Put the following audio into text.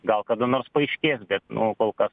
gal kada nors paaiškės be nu kol kas